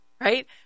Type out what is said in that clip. right